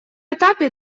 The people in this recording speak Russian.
этапе